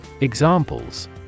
Examples